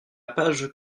page